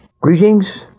Greetings